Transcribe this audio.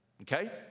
Okay